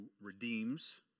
redeems